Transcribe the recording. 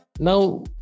Now